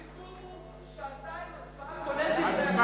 הסיכום הוא שעתיים, הצבעה, כולל דברי השרים.